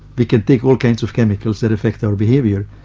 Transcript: we can take all kinds of chemicals that affect our behaviour.